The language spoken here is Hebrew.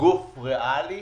גוף ריאלי